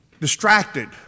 Distracted